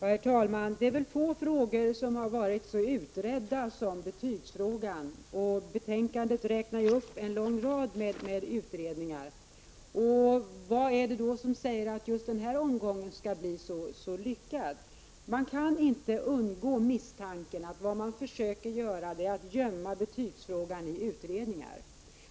Herr talman! Det är väl få frågor som har varit så utredda som betygsfrågan — betänkandet räknar upp en lång rad utredningar. Vad är det då som säger att just den här omgången skall bli så lyckad? Jag kan inte undgå misstanken att vad man försöker göra är att gömma betygsfrågan i utredningar.